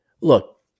look